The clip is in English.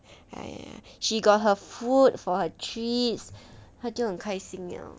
!aiya! she got her food got her treats 他就很开心了